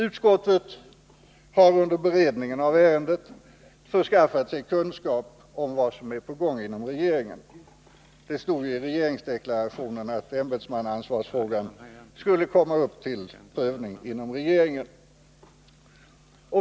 Utskottet har under beredningen av ärendet förskaffat sig kunskap om vad som, är på gång inom regeringen. Det står i regeringsförklaringen att ämbetsmannaansvarsfrågan skulle komma upp till prövning inom regeringen.